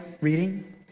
reading